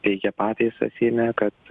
teikia pataisą seime kad